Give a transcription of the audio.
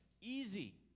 easy